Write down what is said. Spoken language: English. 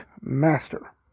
Master